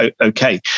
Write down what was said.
okay